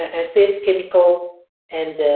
ah unsafe chemicals and